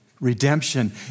Redemption